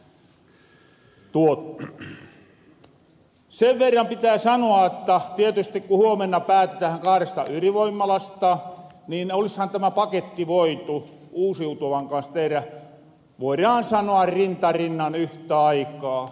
sen verran pitää sanoa että tietysti ku huomenna päätetähän kahdesta ydinvoimalasta niin olishan tämä paketti voitu uusiutuvan kans tehdä voiraan sanoa rinta rinnan yhtä aikaa